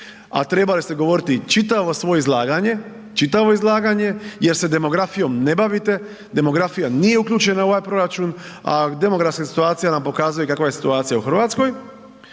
a trebali ste govoriti čitavo svoje izlaganje, čitavo izlaganje jer se demografijom ne bavite, demografija nije uključena u ovaj proračun a demografska situacija nam pokazuje kakva je situacija u Hrvatskoj.